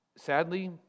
Sadly